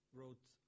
wrote